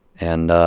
and